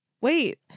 Wait